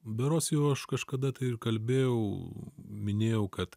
berods jau aš kažkada tai ir kalbėjau minėjau kad